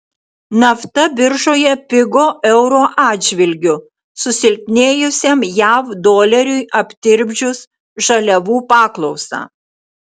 nafta biržoje pigo euro atžvilgiu susilpnėjusiam jav doleriui aptirpdžius žaliavų paklausą